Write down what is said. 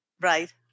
Right